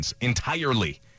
entirely